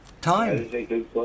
Time